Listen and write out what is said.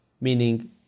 meaning